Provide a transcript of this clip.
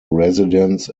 residents